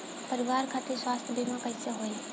परिवार खातिर स्वास्थ्य बीमा कैसे होई?